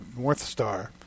Northstar